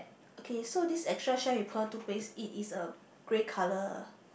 okay so this extra shine with pearl toothpaste it is a grey color